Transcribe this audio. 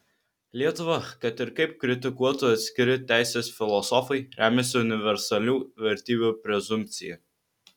lietuva kad ir kaip kritikuotų atskiri teisės filosofai remiasi universalių vertybių prezumpcija